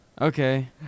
Okay